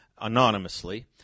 anonymously